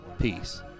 Peace